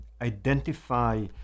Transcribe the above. identify